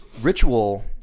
ritual